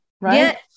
right